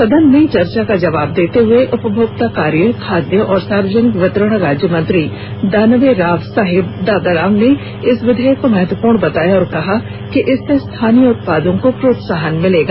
सदन में चर्चा का जवाब देते हुए उपभोक्ता कार्य खाद्य और सार्वजनिक वितरण राज्यमंत्री दानवे राव साहिब दादाराव ने इस विधेयक को महत्वपूर्ण बताया और कहा कि इससे स्थानीय उत्पादों को प्रोत्साहन मिलेगा